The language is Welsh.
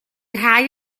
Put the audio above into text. rhai